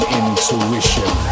intuition